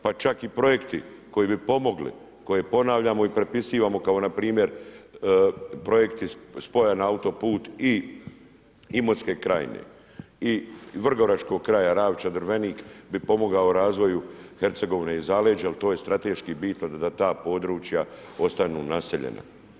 Pa čak i projekti koji bi pomogli, koje ponavljamo i prepisivamo kao npr. projekti spoja na autoput i Imotske krajine i Vrgoračkog kraja Ravča-Drvenik bi pomogao razvoju Hercegovine i Zaleđa, jer to je strateški bitno da ta područja ostanu naseljena.